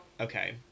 Okay